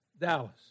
Dallas